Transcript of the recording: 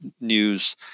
news